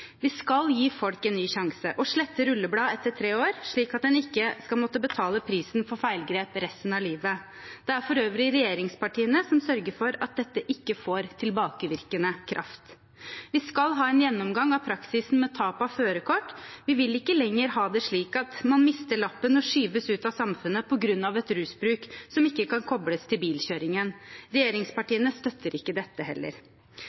Vi skal gi folk en ny sjanse og slette rullebladet etter tre år, slik at man ikke skal måtte betale prisen for feilgrep resten av livet. Det er for øvrig regjeringspartiene som sørger for at dette ikke får tilbakevirkende kraft. Vi skal ha en gjennomgang av praksisen med tap av førerkort. Vi vil ikke lenger ha det slik at man mister lappen og skyves ut av samfunnet på grunn av en rusbruk som ikke kan kobles til bilkjøringen. Regjeringspartiene støtter ikke dette heller.